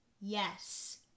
yes